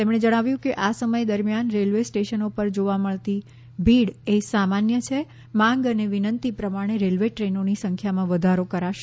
તેમણે જણાવ્યું કે આ સમય દરમિયાન રેલવે સ્ટેશનો પર જોવા મળતી ભીડ સામાન્ય છે માંગ અને વિનંતી પ્રમાણે રેલવે ટ્રેનોની સંખ્યામાં વધારો કરાશે